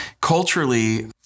culturally